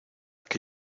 que